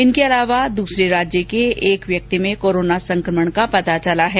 इनके अलावा दूसरे राज्य को एक व्यक्ति में कोरोना संक्रमण का पाता चला है